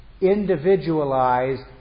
individualized